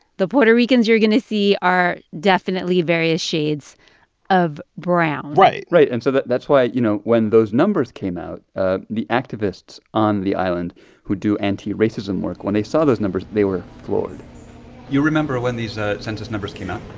the puerto ricans you're going to see are definitely various shades of brown right right. and so that's why, you know, when those numbers came out, ah the activists on the island who do antiracism work, when they saw those numbers, they were floored you remember when these ah census numbers came out?